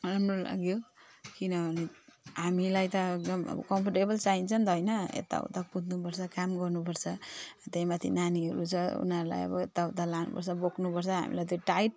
राम्रो लाग्यो किनभने हामीलाई त एकदम अब कम्फर्टेबल चाहिन्छ नि त होइन यताउता कुद्नुपर्छ काम गर्नुपर्छ त्यहीमाथि नानीहरू छ उनीहरूलाई अब यताउता लानुपर्छ बोक्नुपर्छ हामीलाई त टाइट